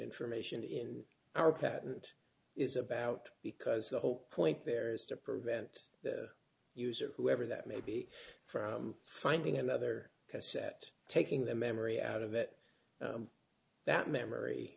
information in our patent is about because the whole point there is to prevent the user whoever that may be from finding another cassette taking the memory out of it that memory